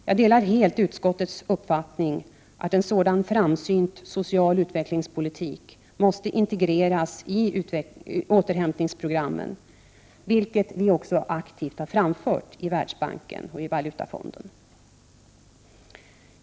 Jag delar helt utskottets uppfattning att en sådan framsynt social utvecklingspolitik måste integreras i återhämtningsprogrammen, vilket vi också aktivt har framfört i Världsbanken och Valutafonden.